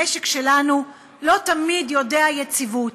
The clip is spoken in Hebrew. המשק שלנו לא תמיד יודע יציבות,